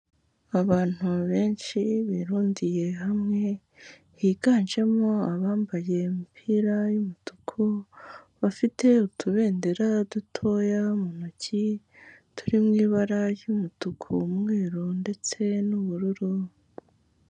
Abantu benshi birundiye hamwe, higanjemo abambaye imipira y'umutuku, bafite utubendera dutoya mu ntoki, turi mu ibara ry'umutuku n'umweru ndetse n'ubururu.